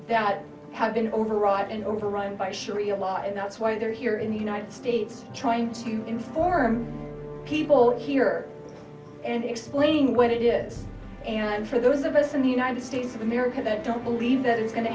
that have been over right and over run by sharia law and that's why they're here in the united states trying to inform people here and explaining what it is and for those of us in the united states of america that don't believe that it's going to